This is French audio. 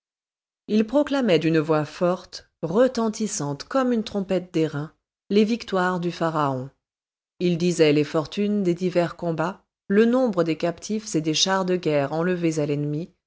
il proclamait d'une voix forte retentissante comme une trompette d'airain les victoires du pharaon il disait les fortunes des divers combats le nombre des captifs et des chars de guerre enlevés à l'ennemi